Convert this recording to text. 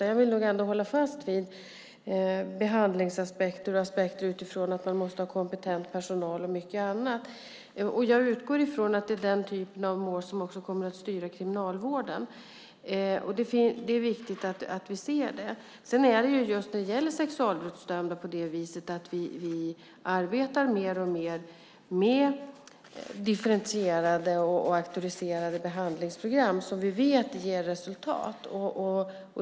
Jag vill nog hålla fast vid behandlingsaspekten och att man måste ha kompetent personal med mera. Jag utgår från att det är den typen av mål som kommer att styra Kriminalvården. Det är viktigt att vi ser det. Just när det gäller sexualbrottsdömda arbetar vi mer och mer med differentierade och auktoriserade behandlingsprogram som vi vet ger resultat.